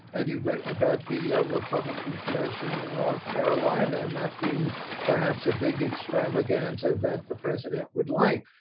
and you've written about the republican congression in north carolina not being perhaps a big extravaganza that the president would like.